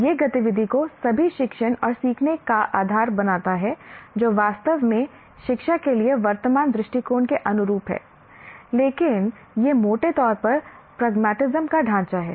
यह गतिविधि को सभी शिक्षण और सीखने का आधार बनाता है जो वास्तव में शिक्षा के लिए वर्तमान दृष्टिकोण के अनुरूप है लेकिन यह मोटे तौर पर प्रगमतिस्म का ढांचा है